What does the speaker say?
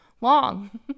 long